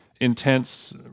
intense